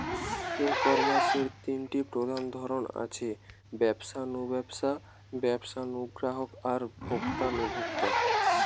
ই কমার্সের তিনটা প্রধান ধরন আছে, ব্যবসা নু ব্যবসা, ব্যবসা নু গ্রাহক আর ভোক্তা নু ভোক্তা